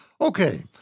Okay